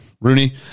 Rooney